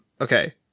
okay